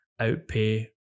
outpay